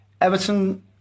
Everton